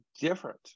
different